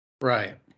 Right